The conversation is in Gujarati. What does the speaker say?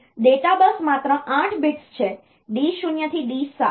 તેથી ડેટા બસ માત્ર 8 bits છે D0 થી D7